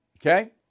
Okay